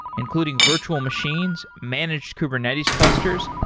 including virtual machines, managed kubernetes clusters,